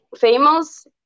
famous